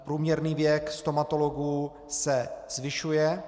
Průměrný věk stomatologů se zvyšuje.